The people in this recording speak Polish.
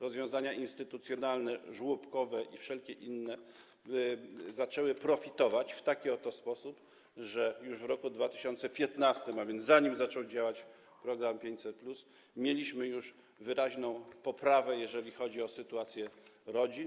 Rozwiązania instytucjonalne, żłobkowe i wszelkie inne zaczęły profitować w taki sposób, że już w roku 2015, a więc zanim zaczął działać program 500+, mieliśmy już wyraźną poprawę, jeżeli chodzi o sytuację rodzin.